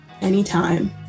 Anytime